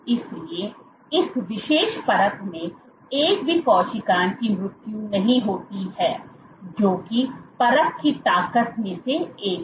इसलिए इस विशेष परख में एक भी कोशिका की मृत्यु नहीं हुई है जो कि परख की ताकत में से एक है